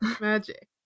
Magic